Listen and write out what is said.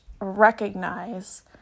recognize